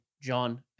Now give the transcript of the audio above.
John